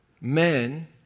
Men